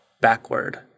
backward